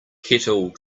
kettle